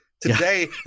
Today